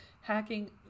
hacking